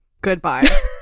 Goodbye